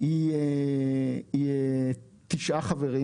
היא תשעה חברים